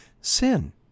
sin